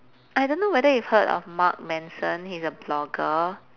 I don't know whether you've heard of mark manson he's a blogger